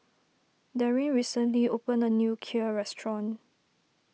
Daryn recently opened a new Kheer restaurant